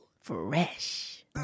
Fresh